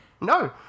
No